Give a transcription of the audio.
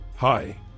Hi